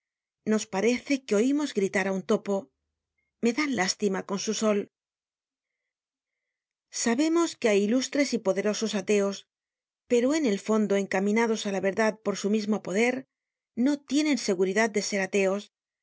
nos parece que oimos gritar á un topo me dan lástima con su sol sabemos que hay ilustres y poderosos ateos pero en el fondo encaminados á la verdad por su mismo poder no tienen seguridad de ser ateos